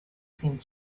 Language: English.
seemed